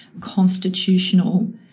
constitutional